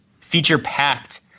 feature-packed